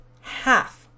half